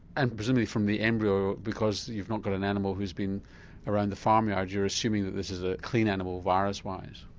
and presumably from the embryo because you've not got an animal who's been around the farm yard you're assuming that this is a clean animal animal virus wise?